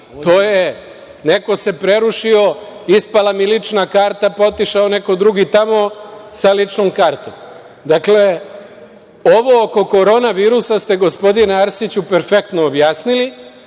da se neko prerušio, ispala mu lična karta pa otišao neko drugi tamo sa ličnom kartom. Dakle, ovo oko korona virusa ste gospodine Arsiću perfektno objasnili.